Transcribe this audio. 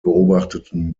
beobachteten